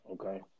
Okay